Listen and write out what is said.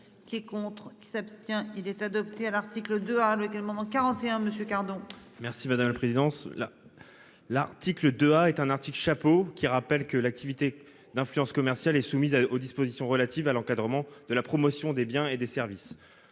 qui est contre qui s'abstient. Il est adopté à l'article 2 Harlequin moment 41 monsieur pardon. Merci madame la présidence là. L'article 2 A est un article chapeau qui rappelle que l'activité d'influence commerciale et soumise aux dispositions relatives à l'encadrement de la promotion des biens et des services.